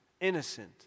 innocent